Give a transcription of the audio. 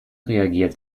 reagiert